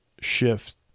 shift